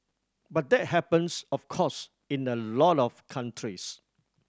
but that happens of course in a lot of countries